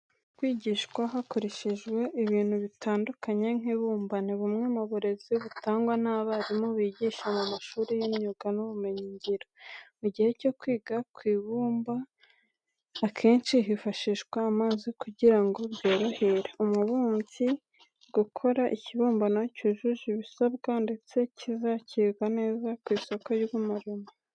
Kwigishwa hakoreshejwe ibintu bitandukanye nk'ibumba, ni bumwe mu burezi butangwa n'abarimu bigisha mu mashuri y'imyuga n'ubumenyingiro. Mu gihe cyo kwiga ku bumba, akenshi hifashishwa amazi kugira ngo byorohere umubumbyi gukora ikibumbano cyujuje ibisabwa ndetse kizakirwa neza ku isoko ry'umurimo.